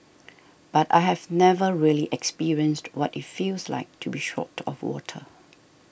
but I have never really experienced what it feels like to be short of water